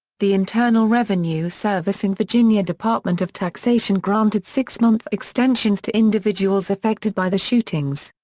the internal revenue service and virginia department of taxation granted six-month extensions to individuals affected by the shootings.